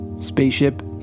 Spaceship